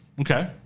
Okay